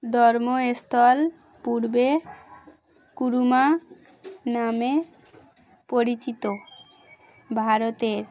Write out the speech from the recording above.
ধর্ম এস্থল পূর্বে কুরুমা নামে পরিচিত ভারতের